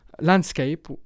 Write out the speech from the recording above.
landscape